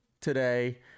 today